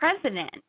president